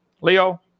Leo